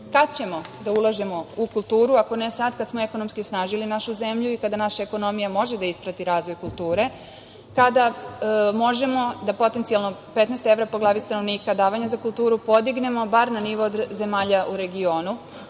ćemo da ulažemo u kulturu ako ne sada, kada smo ekonomski osnažili našu zemlju i kada naša ekonomija može da isprati razvoj kulture, kada možemo da potencijalno 15 evra po glavi stanovnika davanja za kulturu podignemo bar na nivo zemalja u regionu,